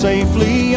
safely